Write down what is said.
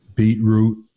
beetroot